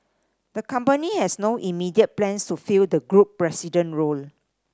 the company has no immediate plans to fill the group president role